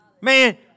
Man